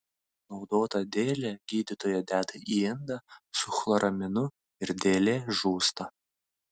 panaudotą dėlę gydytoja deda į indą su chloraminu ir dėlė žūsta